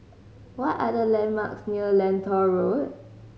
what are the landmarks near Lentor Road